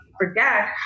forget